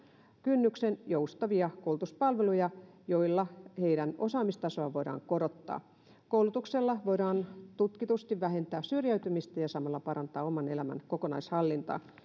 kynnyksen joustavia koulutuspalveluja joilla heidän osaamistasoaan voidaan korottaa koulutuksella voidaan tutkitusti vähentää syrjäytymistä ja samalla parantaa oman elämän kokonaishallintaa